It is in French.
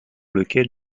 lequel